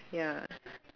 ya